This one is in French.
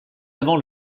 avant